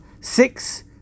six